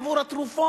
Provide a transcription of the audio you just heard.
מהלחם עבור התרופות.